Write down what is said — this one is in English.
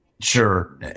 Sure